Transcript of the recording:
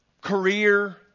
career